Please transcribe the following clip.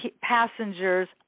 passengers